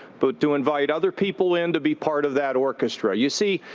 but to invite other people in to be part of that orchestra. you see,